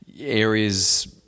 areas